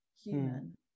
human